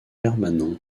permanente